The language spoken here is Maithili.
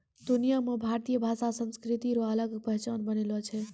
दुनिया मे भारतीय भाषा संस्कृति रो अलग पहचान बनलो छै